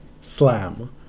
slam